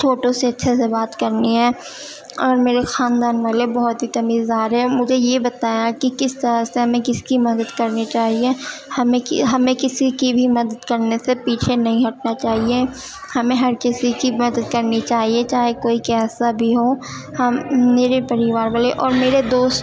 چھوٹوں سے اچھے سے بات کرنی ہے اور میرے خاندان والے بہت ہی تمیز دار ہیں مجھے یہ بتایا کہ کس طرح سے ہمیں کس کی مدد کرنی چاہیے ہمیں ہمیں کسی کی بھی مدد کرنے سے پیچھے نہیں ہٹنا چاہیے ہمیں ہر کسی کی مدد کرنی چاہیے چاہے کوئی کیسا بھی ہو ہم میرے پریوار والے اور میرے دوست